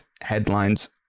headlines